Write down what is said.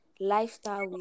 lifestyle